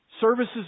services